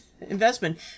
investment